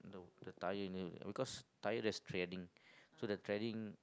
uh the the tyre near the becuase tyres there's threading so the threading